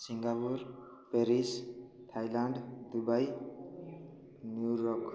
Singapore Paris Thailand Dubai New York